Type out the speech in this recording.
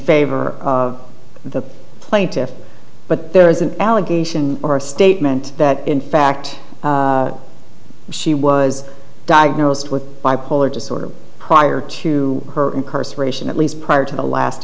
favor of the plaintiffs but there is an allegation or a statement that in fact she was diagnosed with bipolar disorder prior to her perspiration at least prior to the last